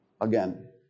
again